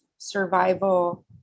survival